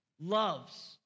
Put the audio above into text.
loves